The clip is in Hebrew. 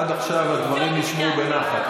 רק השמאל מבין באקלים.